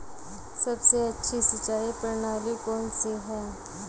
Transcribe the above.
सबसे अच्छी सिंचाई प्रणाली कौन सी है?